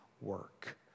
work